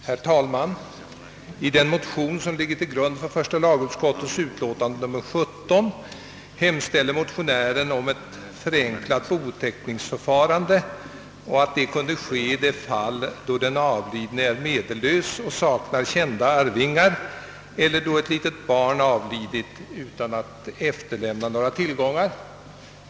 Herr talman! I den motion som ligger till grund för första lagutskottets utlåtande nr 17 hemställer motionären om ett förenklat bouppteckningsförfarande i de fall då den avlidne är medellös och saknar kända arvingar eller då ett litet barn har avlidit utan att efterlämna tillgångar.